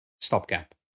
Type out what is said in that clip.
stopgap